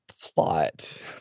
plot